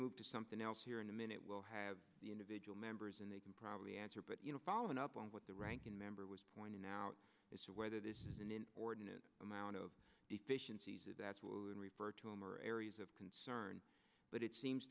move to something else here in a minute we'll have the individual members and they can probably answer but you know following up on what the ranking member was pointing out as to whether this is an ordinance amount of deficiencies in refer to him are areas of concern but it seems